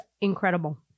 incredible